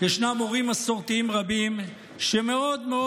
ישנם הורים מסורתיים רבים שמאוד מאוד